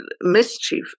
mischief